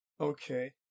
Okay